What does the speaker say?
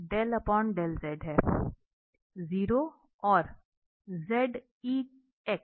0 और के लिए